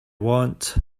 want